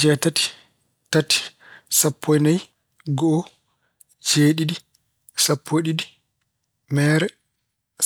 Jeetati, tati, sappo e nayi, go'o, jeeɗiɗi, sappo e ɗiɗi, mehre,